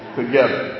together